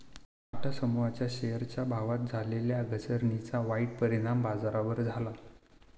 टाटा समूहाच्या शेअरच्या भावात झालेल्या घसरणीचा वाईट परिणाम बाजारावर झाला